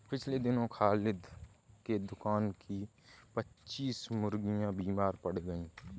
पिछले दिनों खालिद के दुकान की पच्चास मुर्गियां बीमार पड़ गईं